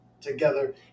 together